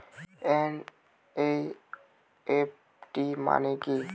NEFT মনে কি?